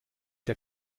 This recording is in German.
der